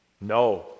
No